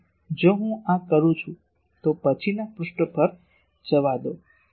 તેથી જો હું આ કરું છું તો પછીના પૃષ્ઠ પર જવા દો